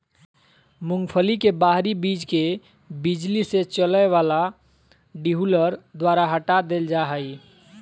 मूंगफली के बाहरी बीज के बिजली से चलय वला डीहुलर द्वारा हटा देल जा हइ